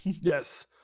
Yes